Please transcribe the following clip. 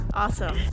awesome